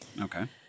Okay